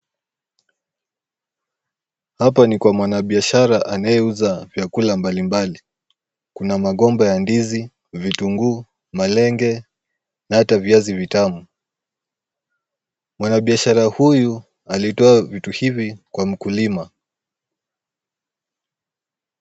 Hapa ni kwa mwanabiashara anayeuza vyakula mbalimbali, kuna migomba ya ndizi, vitunguu, malenge na hata viazi vitamu. Mwanabiashara huyu alitoa vitu hivi kwa mkulima.